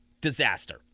Disaster